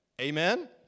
amen